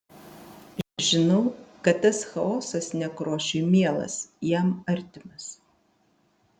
žinau kad tas chaosas nekrošiui mielas jam artimas